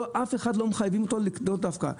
אף אחד לא מחייבים אותו לקנות דווקא מכשיר כזה.